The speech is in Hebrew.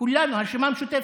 כולנו, הרשימה המשותפת,